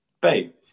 Babe